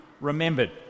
remembered